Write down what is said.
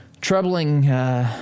troubling